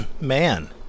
man